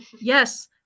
Yes